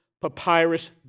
papyrus